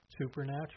supernatural